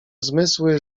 zmysły